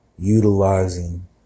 Utilizing